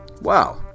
Wow